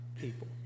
people